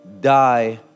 die